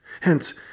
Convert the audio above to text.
Hence